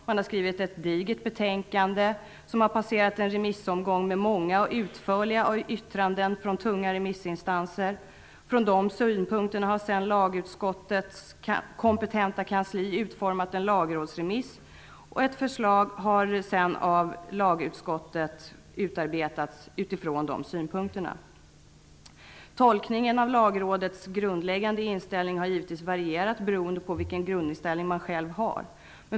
Man har skrivit ett digert betänkande, som har gått igenom en remissomgång med många och utförliga yttranden från tunga remissinstanser. Utifrån de synpunkterna har sedan lagutskottets kompetenta kansli utformat en lagrådsremiss, och ett förslag har sedan utarbetats. Tolkningen av Lagrådets grundläggande inställning har givetvis varierat, beroende på vilken grundinställning man själv har.